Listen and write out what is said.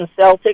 Celtics